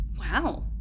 Wow